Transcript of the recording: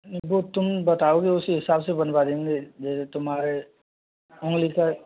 नहीं वो तुम बताओगे उसी हिसाब से बनवा देंगे जैसे तुम्हारे उंगली का